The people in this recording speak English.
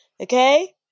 okay